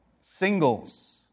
Singles